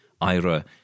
Ira